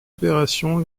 opération